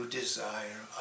desire